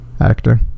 actor